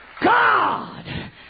God